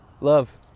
Love